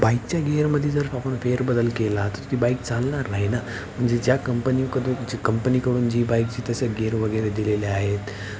बाईकच्या गेअरमध्ये जर आपण फेरबदल केला तर की बाईक चालणार नाही ना म्हणजे ज्या कंपनीकडून जर कंपनीकडून जी बाईकची तसं गेअरवगैरे दिलेले आहेत